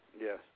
Yes